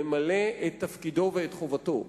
ממלא את תפקידו ואת חובתו.